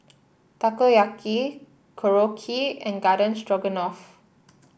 Takoyaki Korokke and Garden Stroganoff